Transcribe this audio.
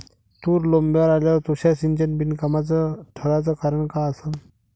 गहू लोम्बावर आल्यावर तुषार सिंचन बिनकामाचं ठराचं कारन का असन?